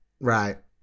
Right